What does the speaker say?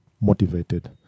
motivated